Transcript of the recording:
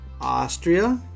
Austria